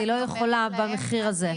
אני לא יכולה במחיר הזה.